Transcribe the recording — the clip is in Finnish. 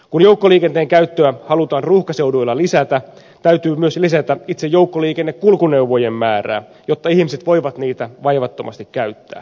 kun joukkoliikenteen käyttöä halutaan ruuhkaseuduilla lisätä täytyy myös lisätä itse joukkoliikennekulkuneuvojen määrää jotta ihmiset voivat niitä vaivattomasti käyttää